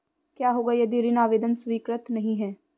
क्या होगा यदि ऋण आवेदन स्वीकृत नहीं है?